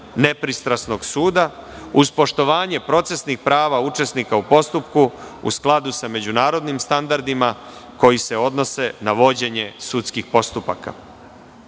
nepristrasnog suda, uz poštovanje procesnih prava učesnika u postupku, u skladu sa međunarodnim standardima koji se odnose na vođenje sudskih postupaka. Iz